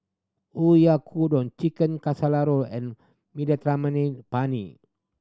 Oyakodon Chicken and Penne